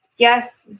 yes